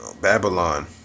Babylon